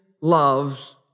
loves